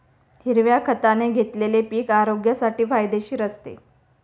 हिरव्या खताने घेतलेले पीक आरोग्यासाठी फायदेशीर असते